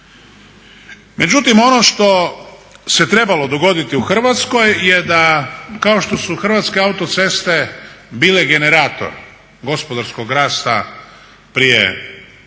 Međutim, ono što se trebalo dogoditi u Hrvatskoj je da kao što su Hrvatske autoceste bile generator gospodarskog rasta prije 11,